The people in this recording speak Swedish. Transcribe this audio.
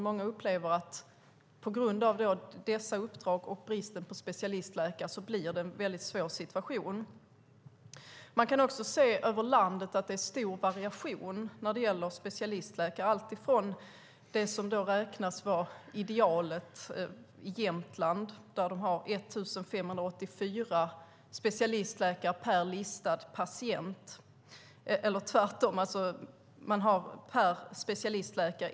Många upplever dock att det på grund av dessa uppdrag och på grund av bristen på specialistläkare blir en väldigt svår situation. Man kan se stor variation över landet när det gäller specialistläkare. Det som räknas som idealet är förhållandet i Jämtland, där man har 1 584 listade patienter per specialistläkare.